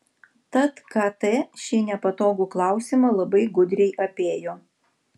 tad kt šį nepatogų klausimą labai gudriai apėjo